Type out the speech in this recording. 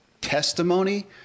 testimony